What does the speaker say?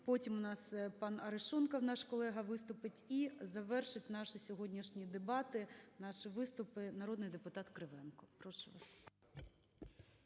Потім у нас пан Арешонков, наш колега, виступить. І завершить наші сьогоднішні дебати, наші виступи, народний депутат Кривенко. Прошу.